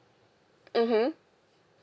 mmhmm